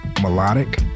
melodic